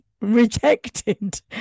rejected